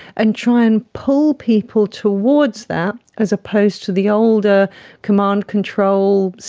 and try and pull people towards that as opposed to the older command, control,